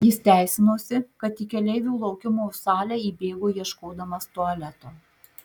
jis teisinosi kad į keleivių laukimo salę įbėgo ieškodamas tualeto